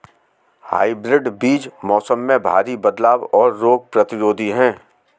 hybrid बीज मौसम में भारी बदलाव और रोग प्रतिरोधी हैं